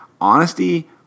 honesty